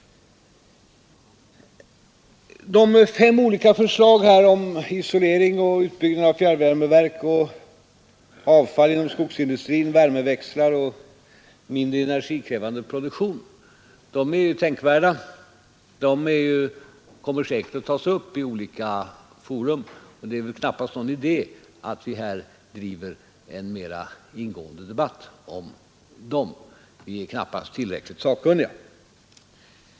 De fem förslagen om isolering, utbyggnad av fjärrvärmeverk, avfall inom skogsindustrin, värmeväxlar och mindre energikrävande produktion är tänkvärda. Dessa förslag kommer säkerligen att tas upp i olika fora, och det är väl knappast någon idé att vi här för någon mera ingående debatt om dem. Vi är knappast tillräckligt sakkunniga.